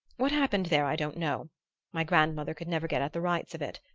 what happened there i don't know my grandmother could never get at the rights of it,